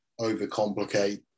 overcomplicate